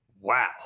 wow